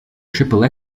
triple